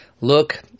Look